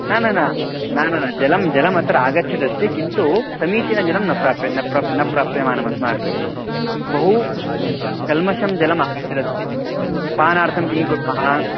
न न न न न न जलं जलम् अत्र आगच्छदस्ति किन्तू समीचीनं जलं न प्राप्यते न प्राप्यते न प्राप्यमानमस्माभिः बहु कल्मशं जलम् आगच्छदस्ति पानार्थं किं कुर्मः